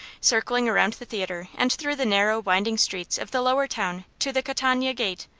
circling around the theatre and through the narrow, winding streets of the lower town to the catania gate.